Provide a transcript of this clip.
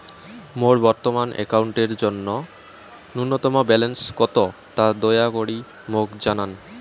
মোর বর্তমান অ্যাকাউন্টের জন্য ন্যূনতম ব্যালেন্স কত তা দয়া করি মোক জানান